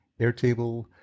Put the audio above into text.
Airtable